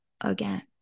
again